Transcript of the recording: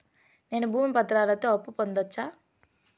నేను భూమి పత్రాలతో అప్పు పొందొచ్చా?